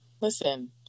Listen